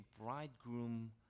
bridegroom